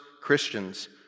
christians